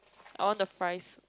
I want the fries